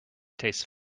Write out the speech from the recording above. taste